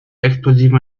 explosiven